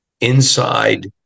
inside